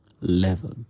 level